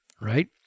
right